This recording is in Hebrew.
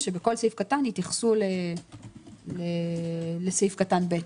שבכל סעיף קטן התייחסו לסעיף קטן (ב).